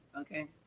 Okay